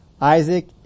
Isaac